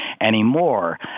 anymore